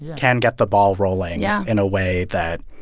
can get the ball rolling. yeah. in a way that